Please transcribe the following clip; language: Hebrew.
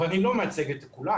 ואני לא מייצג את כולם.